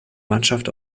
mannschaft